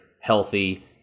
healthy